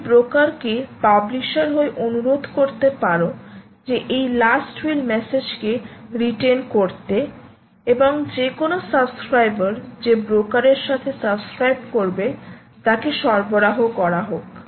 তুমি ব্রোকার কে পাবলিশার হয়ে অনুরোধ করতে পারো যে এই লাস্ট উইল মেসেজ কে রিটেন করতে এবং যে কোনো সাবস্ক্রাইবার যে ব্রোকার এর সাথে সাবস্ক্রাইব করবে তাকে সরবরাহ করা হোক